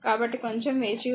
కాబట్టి కొంచం వేచివుండండి